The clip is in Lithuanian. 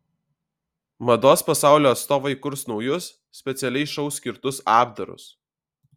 mados pasaulio atstovai kurs naujus specialiai šou skirtus apdarus